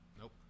nope